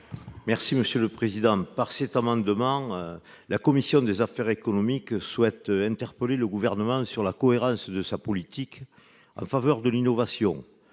le rapporteur pour avis. Avec cet amendement, la commission des affaires économiques souhaite interpeller le Gouvernement sur la cohérence de sa politique en faveur de l'innovation.